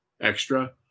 extra